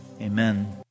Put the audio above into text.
amen